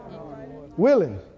Willing